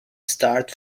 start